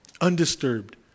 undisturbed